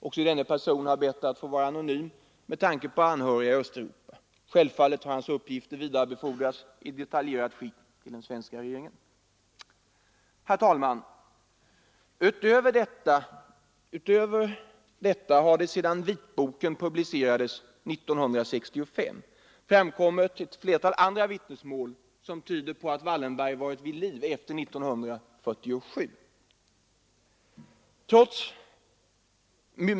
Också denne person har bett att få vara anonym med tanke på anhöriga i Östeuropa. Självfallet har hans uppgifter vidarebefordrats i detaljerat skick till den svenska regeringen. Utöver detta har det sedan vitboken publicerades 1965 framkommit ett flertal andra vittnesmål som tyder på att Wallenberg varit vid liv efter 1947.